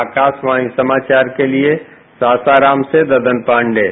आकाशवाणी समाचार के लिए सासाराम से ददनजी पांडेय